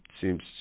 seems